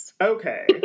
Okay